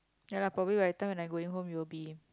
ya lah probably by the time I'm going hone it'll be